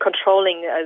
controlling